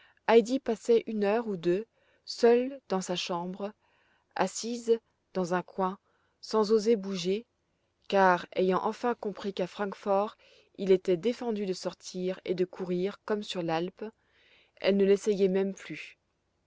passait une heure ou deux seule dans sa chambre assise dans un coin sans oser bouger car ayant enfin compris qu'à francfort il était défendu de sortir et de courir comme sur l'alpe elle ne l'essayait même plus